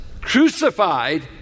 crucified